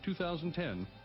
2010